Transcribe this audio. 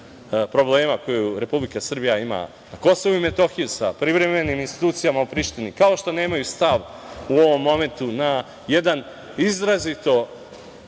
problema koje Republika Srbija ima na KiM sa privremenim institucijama u Prištini, kao što nemaju stav u ovom momentu na jedan izrazito